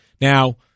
Now